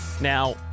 Now